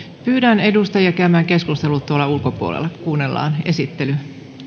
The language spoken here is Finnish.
pyydän edustajia käymään keskustelut tuolla ulkopuolella kuunnellaan esittely